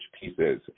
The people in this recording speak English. pieces